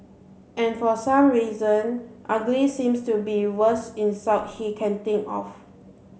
and for some reason ugly seems to be worst insult he can think of